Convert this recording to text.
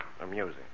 Amusing